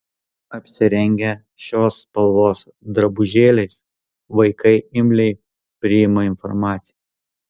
apsirengę šios spalvos drabužėliais vaikai imliai priima informaciją